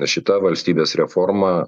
šita valstybės reforma